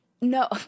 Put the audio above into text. No